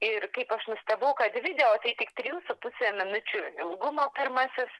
ir kaip aš nustebau kad video tai tik trijų su puse minučių ilgumo pirmasis